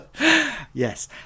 Yes